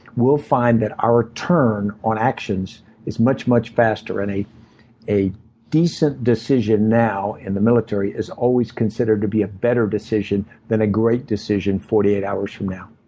we'll find that our term on actions is much, much faster. and a a decent decision now, in the military, is always considered to be a better decision than a great decision forty eight hours from now.